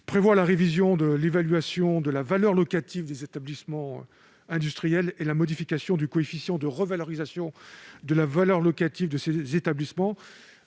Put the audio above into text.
prévoit la révision de l'évaluation de la valeur locative des établissements industriels et la modification du coefficient de revalorisation de la valeur locative de ces établissements,